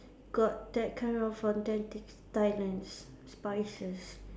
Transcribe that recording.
got that kind of authentic Thailand spices